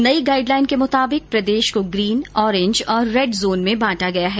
नई गाईडलाईन के मुताबिक प्रदेश को ग्रीन ओरेंज और रेड जोन में बाटा गया है